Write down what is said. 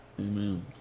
Amen